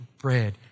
bread